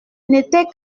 n’était